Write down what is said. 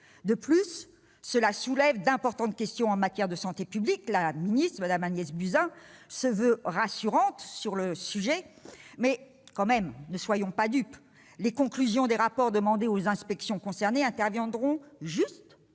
De plus, ces choix soulèvent d'importantes questions en matière de santé publique. La ministre, Mme Agnès Buzyn, se veut rassurante sur le sujet, mais, quand même, ne soyons pas dupes : les conclusions des rapports demandés aux inspections concernées seront